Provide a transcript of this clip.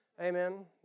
Amen